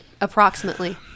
approximately